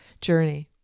journey